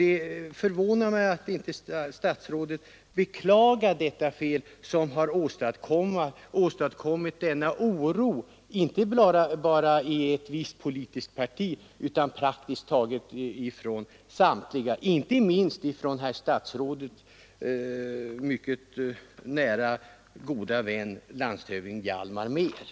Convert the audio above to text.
Det förvånar mig att statsrådet inte beklagar detta fel, som har åstadkommit oro inte bara i ett visst politiskt parti utan praktiskt taget hos alla politiker i Storstockholm inte minst hos statsrådets gode vän, landshövding Hjalmar Mehr.